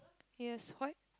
yes what